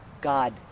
God